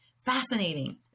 fascinating